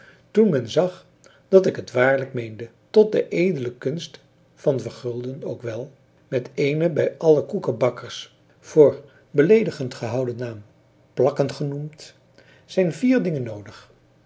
toen men zag dat ik het waarlijk meende tot de edele kunst van vergulden ook wel met eenen bij alle koekebakkers voor beleedigend gehouden naam plakken genoemd zijn vier dingen noodig